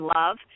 love